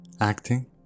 acting